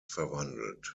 verwandelt